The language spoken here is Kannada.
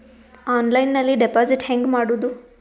ಆನ್ಲೈನ್ನಲ್ಲಿ ಡೆಪಾಜಿಟ್ ಹೆಂಗ್ ಮಾಡುದು?